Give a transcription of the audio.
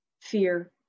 fear